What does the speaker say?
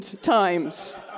times